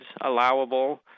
allowable